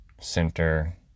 center